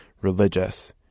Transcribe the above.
religious